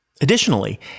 Additionally